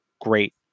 Great